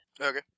Okay